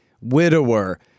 widower